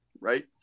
Right